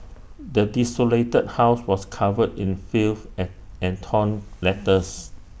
the desolated house was covered in filth and and torn letters